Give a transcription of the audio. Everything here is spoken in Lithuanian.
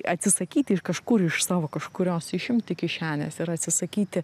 atsisakyti iš kažkur iš savo kažkurios išimti kišenės ir atsisakyti